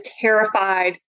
terrified